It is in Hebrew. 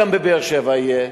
גם בבאר-שבע יהיה.